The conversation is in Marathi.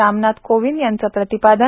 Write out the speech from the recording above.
रामनाथ कोविंद यांच प्रतिपादन